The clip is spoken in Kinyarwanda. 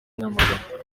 nyamagabe